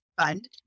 fund